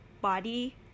body